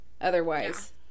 otherwise